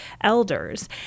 elders